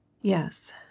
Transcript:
Yes